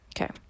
okay